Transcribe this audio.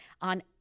on